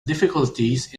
difficulties